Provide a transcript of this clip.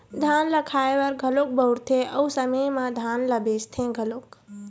धान ल खाए बर घलोक बउरथे अउ समे म धान ल बेचथे घलोक